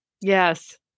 yes